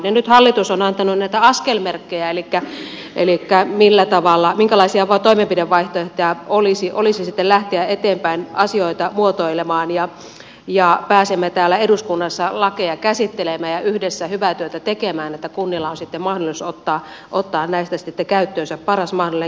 nyt hallitus on antanut näitä askelmerkkejä elikkä minkälaisia toimenpidevaihtoehtoja olisi sitten lähteä eteenpäin asioita muotoilemaan ja pääsemme täällä eduskunnassa lakeja käsittelemään ja yhdessä hyvää työtä tekemään että kunnilla on sitten mahdollisuus ottaa näistä käyttöönsä paras mahdollinen keino